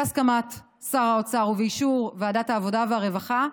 בהסכמת שר האוצר ובאישור ועדת העבודה והרווחה,